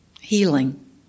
healing